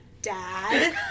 Dad